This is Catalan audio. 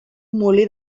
molí